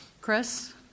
Chris